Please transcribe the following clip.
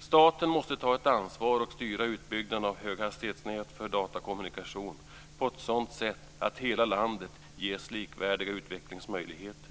Staten måste ta ett ansvar och styra utbyggnaden av höghastighetsnät för datakommunikation på ett sådant sätt att hela landet ges likvärdiga utvecklingsmöjligheter.